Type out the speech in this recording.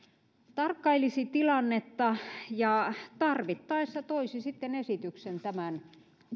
tarkkailisi tilannetta ja tarvittaessa toisi sitten esityksen tämän